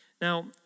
Now